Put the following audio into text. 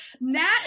nat